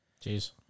Jeez